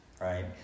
right